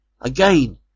Again